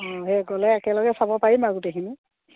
অঁ সেই গ'লে একেলগে চাব পাৰিম আৰু গোটেইখিনি